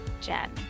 Jen